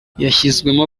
yashyizwemo